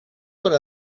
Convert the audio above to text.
para